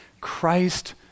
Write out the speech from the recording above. Christ